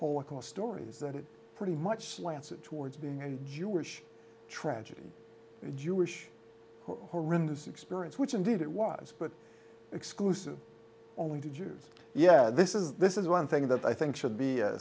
core stories that pretty much slanted towards being a jewish tragedy jewish horrendous experience which indeed it was but exclusive only to jews yeah this is this is one thing that i think should be